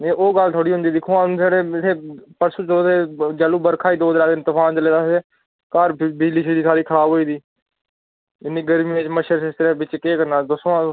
ते ओह् गल्ल थोह्ड़ी होंदी दिक्खो आं हून जेह्ड़े इत्थै परसों चौथ दी जैह्ल्लूं बरखा ही दो त्रै दिन तफान चले दा हा ते घर बिजली शिजली सारी खराब होई दी इन्नी गर्मी ऐ बिच मच्छर शच्छर ऐ बिच केह् करना हां दस्सो आं फ्ही